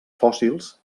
fòssils